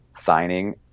signing